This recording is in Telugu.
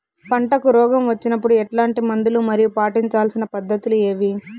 పంటకు రోగం వచ్చినప్పుడు ఎట్లాంటి మందులు మరియు పాటించాల్సిన పద్ధతులు ఏవి?